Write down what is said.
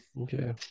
Okay